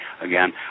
again